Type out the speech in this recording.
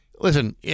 listen